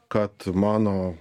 kad mano